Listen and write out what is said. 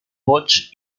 bots